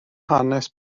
hanes